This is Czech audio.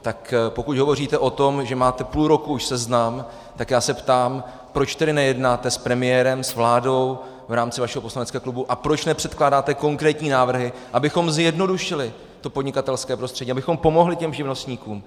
Tak pokud hovoříte o tom, že máte už půl roku seznam, tak já se ptám, proč tedy nejednáte s premiérem, s vládou v rámci vašeho poslaneckého klubu a proč nepředkládáte konkrétní návrhy, abychom zjednodušili podnikatelské prostředí, abychom pomohli živnostníkům.